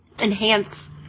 enhance